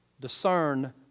discern